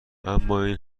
امااین